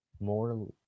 more